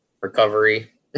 recovery